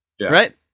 right